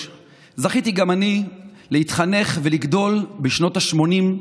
זכיתי גם אני להתחנך ולגדול בשנות השמונים,